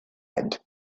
and